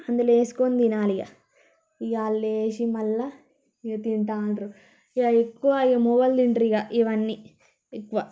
అందులో వేసుకొని తినాలిక ఇక అందులో వేసి మళ్ళా ఇంక తింటావుంటరు ఎక్కువ ఇక మొగోళ్ళు తింటారిక ఇవన్నీ ఎక్కువ